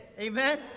amen